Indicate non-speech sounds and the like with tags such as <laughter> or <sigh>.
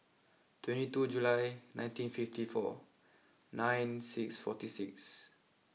twenty two July nineteen fifty four <noise> nine six forty six